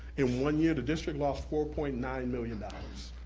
in one year, the district lost four point nine million dollars.